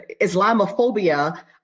Islamophobia